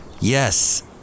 Yes